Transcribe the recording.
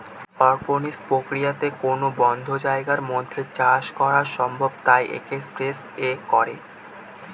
অরপনিক্স প্রক্রিয়াতে কোনো বদ্ধ জায়গার মধ্যে চাষ করা সম্ভব তাই এটা স্পেস এ করে